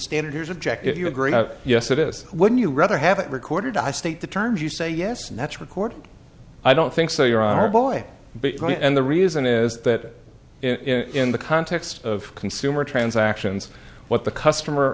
standard here's object if you agree yes it is wouldn't you rather have it recorded i state the terms you say yes and that's record i don't think so you're our boy and the reason is that in the context of consumer transactions what the customer